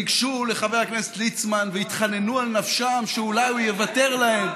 ניגשו לחבר הכנסת ליצמן והתחננו על נפשם שאולי הוא יוותר להם.